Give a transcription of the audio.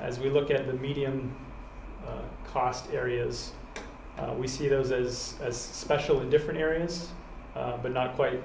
as we look at the medium cost areas we see those as as special and different areas but not quite